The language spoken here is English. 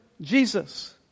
Jesus